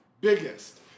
biggest